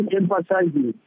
emphasizing